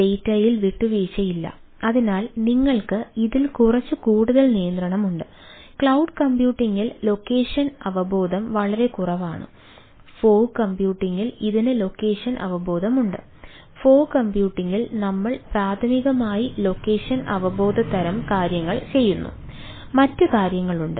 ഡാറ്റൽ നമ്മൾ പ്രാഥമികമായി ലൊക്കേഷൻ അവബോധ തരം കാര്യങ്ങൾ ചെയ്യുന്നു മറ്റ് കാര്യങ്ങളുണ്ട്